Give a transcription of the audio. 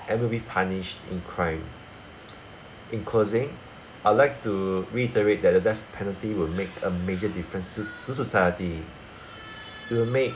and will be punished in crime in closing I would like to reiterate that the death penalty will make a major differences to society it will make